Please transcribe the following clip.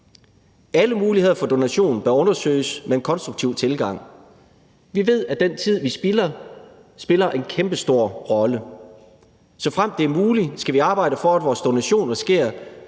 Alle muligheder for donation bør undersøges med en konstruktiv tilgang. Vi ved, at den tid, vi spilder, spiller en kæmpestor rolle. Såfremt det er muligt, skal vi arbejde for, at vores donation sker,